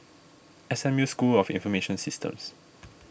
S M U School of Information Systems